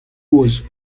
was